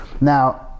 Now